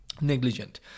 negligent